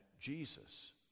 Jesus